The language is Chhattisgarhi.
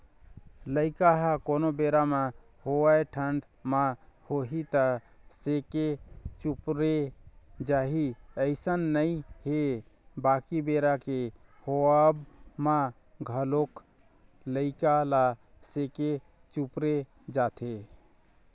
लइका ह कोनो बेरा म होवय ठंडा म होही त सेके चुपरे जाही अइसन नइ हे बाकी बेरा के होवब म घलोक लइका ल सेके चुपरे जाथे